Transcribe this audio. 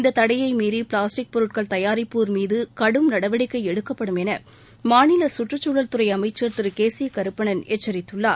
இந்த தடையை மீறி பிளாஸ்டிக் பொருட்கள் தயாரிப்போர் மீது கடும் நடவடிக்கை எடுக்கப்படும் மாநில சுற்றுச்சூழல் என துறை அமைச்சா் திரு கே சி கருப்பணன் எச்சித்துள்ளார்